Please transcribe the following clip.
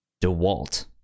DeWalt